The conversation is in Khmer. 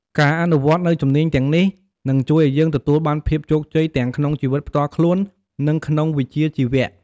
ការអនុវត្តន៍នូវជំនាញទាំងនេះ នឹងជួយឲ្យយើងទទួលបានភាពជោគជ័យទាំងក្នុងជីវិតផ្ទាល់ខ្លួន និងក្នុងវិជ្ជាជីវៈ។